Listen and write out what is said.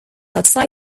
outside